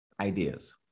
ideas